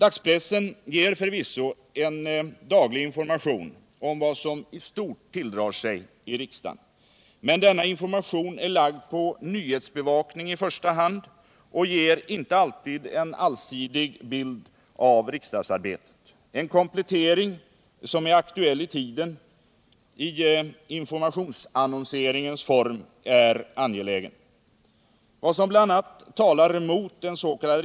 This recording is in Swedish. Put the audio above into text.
Dagspressen ger förvisso en daglig information om vad som i stort tilldrar sig i riksdagen, men denna information är i första hand inriktad på nyhetsbevakning och ger inte alltid en allsidig bild av riksdagsarbetet. En komplettering som är aktuell i tiden i informationsannonseringens form är angelägen. Vad som bl.a. talar mot ens.k.